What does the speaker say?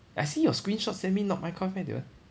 I see your screenshot send me not minecraft eh that one